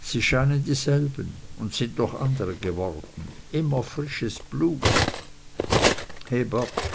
es scheinen dieselben und sind doch andere geworden immer frisches blut heb ab